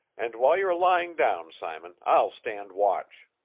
and while you're lying down, simon, i'll stand watch.